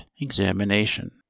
examination